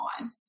on